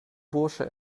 bursche